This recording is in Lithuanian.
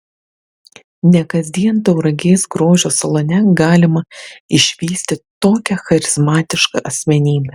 ne kasdien tauragės grožio salone galima išvysti tokią charizmatišką asmenybę